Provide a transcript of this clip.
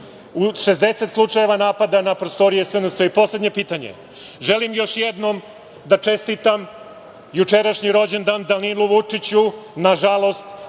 60 slučajeva napada na prostorije SNS?Poslednje pitanje. Želim još jednom da čestitam jučerašnji rođendan Danilu Vučiću. Nažalost,